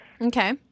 Okay